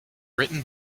written